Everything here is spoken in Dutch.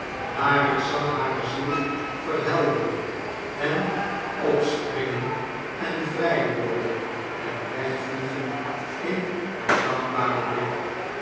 maar ik zag hare ziel verhelderen en opspringen en vry worden en wegvliegen in haar dankbaren blik